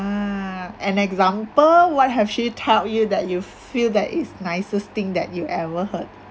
an example what have she told you that you feel that is nicest thing that you ever heard